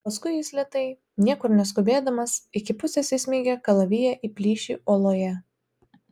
paskui jis lėtai niekur neskubėdamas iki pusės įsmeigė kalaviją į plyšį uoloje